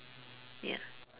ya